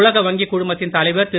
உலக வங்கிக் குழுமத்தின் தலைவர் திரு